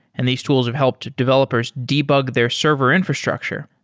and these tools have helped developers debug their server infrastructure.